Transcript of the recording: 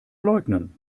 leugnen